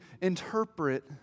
interpret